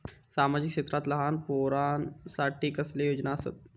सामाजिक क्षेत्रांत लहान पोरानसाठी कसले योजना आसत?